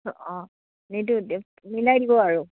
অঁ নিদো মিলাই দিব আৰু